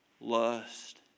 lust